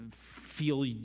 feel